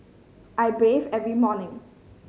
I bathe every morning